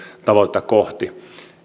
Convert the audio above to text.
tavoitetta kohti